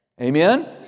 Amen